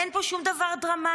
אין פה שום דבר דרמטי.